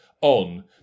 on